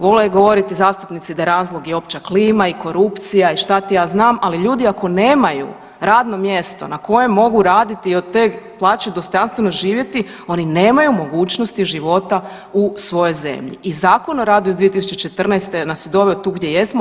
Vole govoriti zastupnici da je razlog i opća klima i korupcija i šta ti ja znam, ali ljudi ako nemaju radno mjesto na kojem mogu raditi i od te plaće dostojanstveno živjeti oni nemaju mogućnosti života u svojoj zemlji i Zakon o radu iz 2014. je nas je doveo tu gdje jesmo.